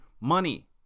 Money